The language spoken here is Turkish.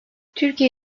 türkiye